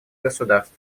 государств